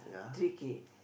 three K